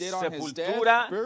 Sepultura